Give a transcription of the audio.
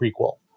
prequel